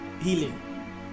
healing